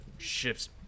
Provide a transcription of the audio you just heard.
Ships